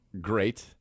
Great